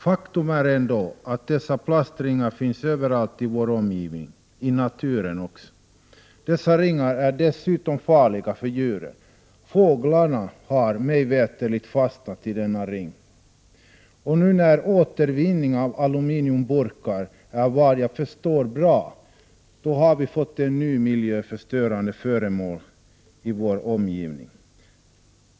Faktum är ändå att dessa plastringar finns överallt i vår omgivning, också i naturen. Dessa ringar är farliga för djur. Fåglar har mig veterligt fastnat i sådana ringar. Nu när återvinning av aluminiumburkar har, såvitt jag förstår, gått bra har vi fått ett nytt miljöförstörande föremål i vår omgivning.